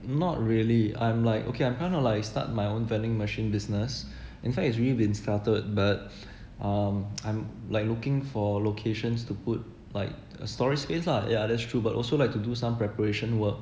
not really I'm like okay I'm kind of like start my own vending machine business in fact it's already been started but um I'm like looking for locations to put like a storage space lah ya that's true but also like to do some preparation work